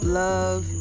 love